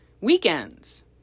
weekends